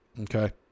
Okay